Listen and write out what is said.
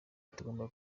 tugomba